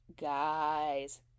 Guys